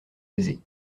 aisés